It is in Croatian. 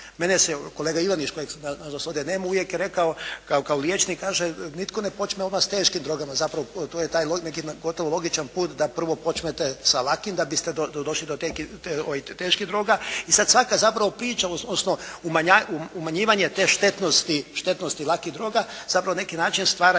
Meni se kolega Ivaniš kojeg nažalost ovdje nema uvijek je rekao kao liječnik, kaže nitko ne počinje odmah s teškim drogama. Zapravo, to je taj gotovo logičan put da prvo počnete sa lakim da biste došli do teških droga. I sad svaka zapravo priča, odnosno umanjivanje te štetnosti lakih droga zapravo na neki način stvara